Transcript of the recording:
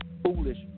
foolish